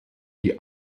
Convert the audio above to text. die